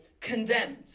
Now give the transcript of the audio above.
condemned